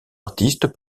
artistes